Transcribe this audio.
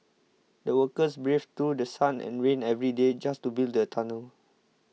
the workers braved through The Sun and rain every day just to build the tunnel